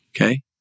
Okay